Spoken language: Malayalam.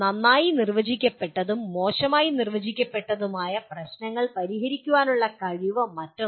നന്നായി നിർവചിക്കപ്പെട്ടതും മോശമായി നിർവചിക്കപ്പെട്ടതുമായ പ്രശ്നങ്ങൾ പരിഹരിക്കാനുള്ള കഴിവ് മറ്റൊന്ന്